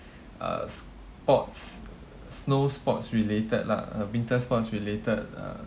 uh sports snow sports related lah uh winter sports related uh